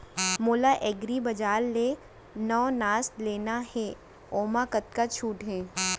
मोला एग्रीबजार ले नवनास लेना हे ओमा कतका छूट हे?